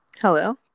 Hello